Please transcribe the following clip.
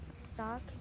Stock